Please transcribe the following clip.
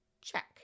Check